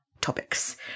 topics